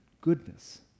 goodness